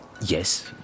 yes